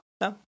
No